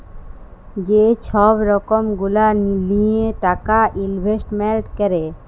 যে ছব রকম গুলা লিঁয়ে টাকা ইলভেস্টমেল্ট ক্যরে